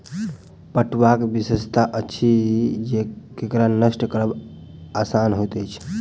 पटुआक विशेषता अछि जे एकरा नष्ट करब आसान होइत अछि